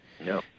no